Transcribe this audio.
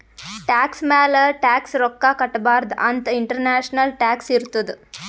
tax ಮ್ಯಾಲ tax ರೊಕ್ಕಾ ಕಟ್ಟಬಾರ್ದ ಅಂತ್ ಇಂಟರ್ನ್ಯಾಷನಲ್ ಟ್ಯಾಕ್ಸ್ ಇರ್ತುದ್